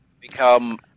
become